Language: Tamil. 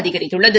அதிகரித்துள்ளது